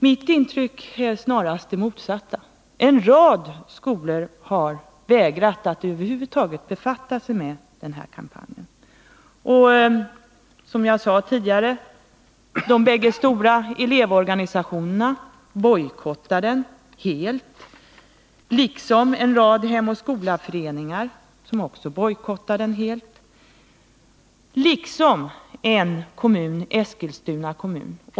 Mitt intryck är snarast det motsatta — en rad skolor har vägrat att över huvud taget befatta sig med kampanjen. Och det är som jag sade tidigare: De bägge stora elevorganisa tionerna bojkottar kampanjen helt, liksom en rad Hem och skola-föreningar samt en kommun, Eskilstuna kommun.